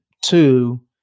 two